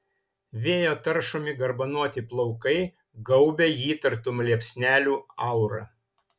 vėjo taršomi garbanoti plaukai gaubia jį tartum liepsnelių aura